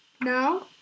Now